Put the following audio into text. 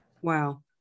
Wow